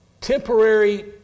temporary